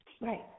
Right